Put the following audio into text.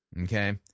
Okay